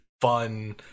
fun